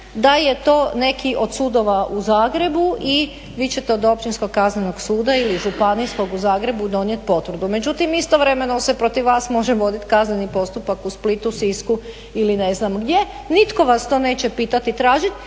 da je to neki od sudova u Zagrebu i vi ćete od Općinskog kaznenog suda ili Županijskog u Zagrebu donijet potvrdu. Međutim istovremeno se protiv vas može vodit kazneni postupak u Splitu, Sisku ili ne znam gdje. Nitko vas to neće pitat i tražit